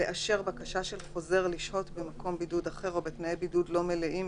לאשר בקשה של חוזר לשהות במקום בידוד אחר או בתנאי בידוד לא מלאים,